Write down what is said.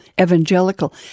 evangelical